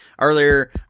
earlier